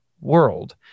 world